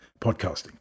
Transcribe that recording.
podcasting